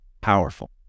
Powerful